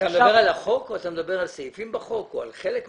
אתה מדבר על החוק או על מדבר על סעיפים בחוק או על חלק מהחוק?